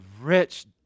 rich